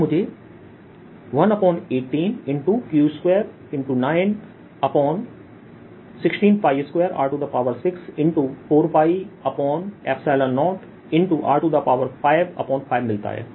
तो मुझे 118Q29162R640R55मिलता है